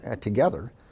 together